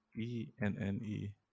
E-N-N-E